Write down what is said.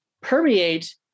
permeate